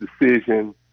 decision